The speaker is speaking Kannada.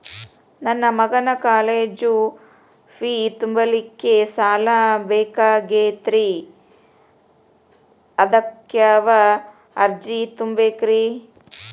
ನನ್ನ ಮಗನ ಕಾಲೇಜು ಫೇ ತುಂಬಲಿಕ್ಕೆ ಸಾಲ ಬೇಕಾಗೆದ್ರಿ ಅದಕ್ಯಾವ ಅರ್ಜಿ ತುಂಬೇಕ್ರಿ?